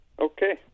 Okay